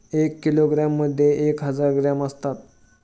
एक किलोग्रॅममध्ये एक हजार ग्रॅम असतात